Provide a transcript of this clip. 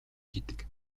гэдэг